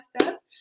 step